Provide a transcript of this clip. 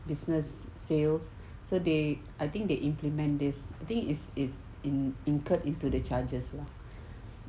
business sales so they I think they implement this thing is is in incurred into the charges lah